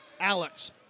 Alex